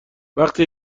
وقتی